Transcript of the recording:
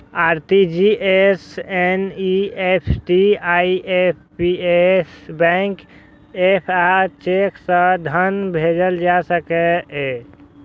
RTGS, NEFT, IMPS, bank app आ cheque सं धन भेजल जा सकैए